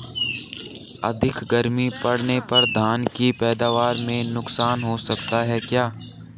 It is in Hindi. अधिक गर्मी पड़ने पर धान की पैदावार में नुकसान हो सकता है क्या?